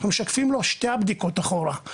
משקפים לו שתי בדיקות אחרונה,